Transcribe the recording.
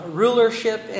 rulership